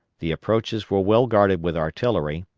the approaches were well guarded with artillery,